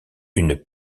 une